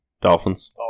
Dolphins